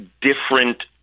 different